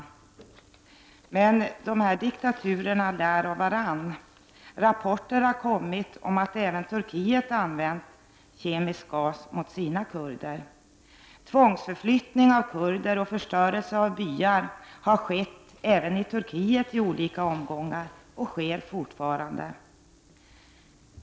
Men diktaturerna lär av varandra, och rapporter har kommit om att även Turkiet har använt kemisk gas mot sina kurder. Tvångsförflyttning av kurder och förstörelse av byar har skett även i Turkiet i olika omgångar och sker fortfarande.